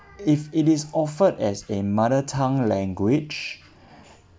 if it is offered as a mother tongue language